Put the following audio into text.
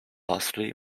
vastly